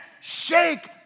shake